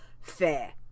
fair